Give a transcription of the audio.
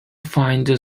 find